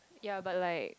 ya but like